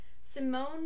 Simone